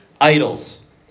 idols